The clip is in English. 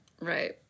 Right